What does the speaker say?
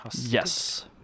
Yes